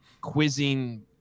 quizzing